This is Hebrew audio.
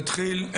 נתחיל,